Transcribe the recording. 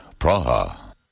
Praha